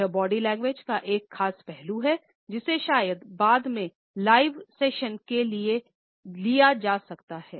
यह body language का एक खास पहलू है जिसे शायद बाद में लाइव सेशन में लिया जा सकता है